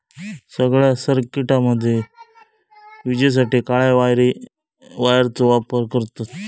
सगळ्या सर्किटामध्ये विजेसाठी काळ्या वायरचो वापर करतत